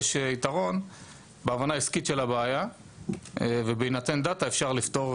יש יתרון בהבנה העסקית של הבעיה ובהינתן דאטה אפשר לפתור